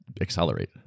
accelerate